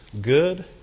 good